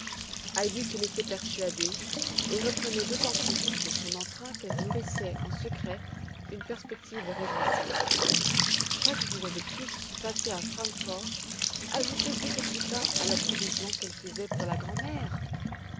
se laissait persuader et reprenait d'autant plus vite son entrain qu'elle nourrissait en secret une perspective réjouissante chaque jour de plus passé à francfort ajoutait deux petits pains à la provision qu'elle faisait pour la grand'mère